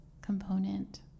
component